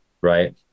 right